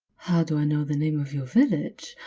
how do i know the name of your village?